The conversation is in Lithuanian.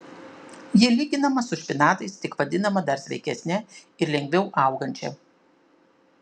ji lyginama su špinatais tik vadinama dar sveikesne ir lengviau augančia